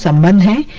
ah monday,